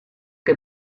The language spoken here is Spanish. que